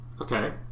Okay